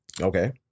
okay